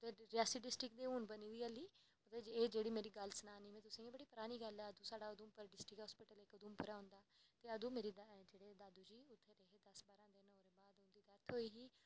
Reasi district ते हून बनी दी ऐल्ली एह् जेह्ड़ी मनेरी गल्ल सनानी तुसेंगी एह् बड़ी परानी गल्ल सनानी इक्क साढ़ा डिस्ट्रिक्ट हॉस्पिटल उधमपुर होंदा हा ते अदूं मेरे दादू उत्थें रेह हे दस्स बारां दिन ओह्दे बाद उंदी डैथ होई ही